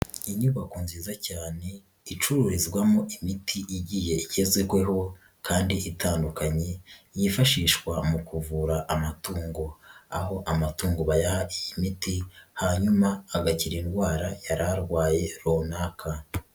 Inyubako nziza cyane icururizwamo imiti igiye igeye igezweho kandi itandukanye yifashishwa mu kuvura amatungo. Aho amatungo bayaha imiti hanyuma agakira indwara yari arwaye runaka.